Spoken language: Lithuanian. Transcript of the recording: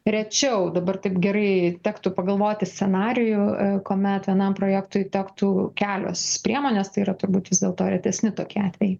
rečiau dabar taip gerai tektų pagalvoti scenarijų kuomet vienam projektui tektų kelios priemonės tai yra turbūt vis dėlto retesni tokie atvejai